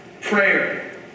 prayer